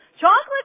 Chocolate